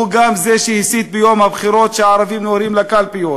הוא גם זה שהסית ביום הבחירות שהערבים נוהרים לקלפיות,